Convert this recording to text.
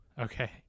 Okay